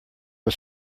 was